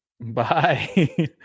Bye